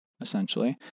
essentially